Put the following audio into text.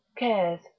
cares